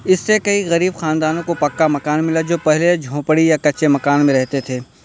اس سے کئی غریب خاندانوں کو پکا مکان ملا جو پہلے جھونپڑی یا کچے مکان میں رہتے تھے